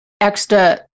extra